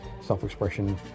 self-expression